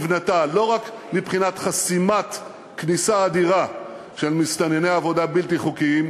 לא רק מבחינת חסימת כניסה אדירה של מסתנני עבודה בלתי חוקיים,